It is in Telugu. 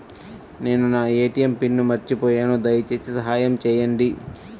నేను నా ఏ.టీ.ఎం పిన్ను మర్చిపోయాను దయచేసి సహాయం చేయండి